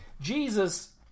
Jesus